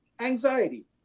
anxiety